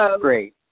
great